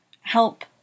help